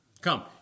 Come